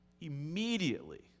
Immediately